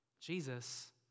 Jesus